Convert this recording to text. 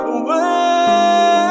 away